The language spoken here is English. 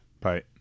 Bye